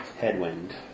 Headwind